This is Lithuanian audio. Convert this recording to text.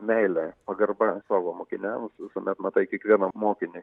meilė pagarba savo mokiniams visuomet matai kiekvieną mokinį